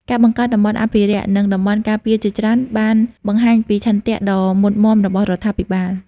ការបង្កើតតំបន់អភិរក្ស និងតំបន់ការពារជាច្រើនបានបង្ហាញពីឆន្ទៈដ៏មុតមាំរបស់រដ្ឋាភិបាល។